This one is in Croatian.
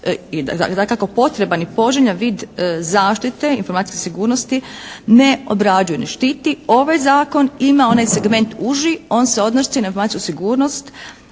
i dakako potreban i poželjan vid zaštite informacijske sigurnosti ne obrađuje, ne štiti. Ovaj zakon ima onaj segment uži. On se odnosi na informacijsku sigurnost